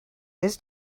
his